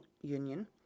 Union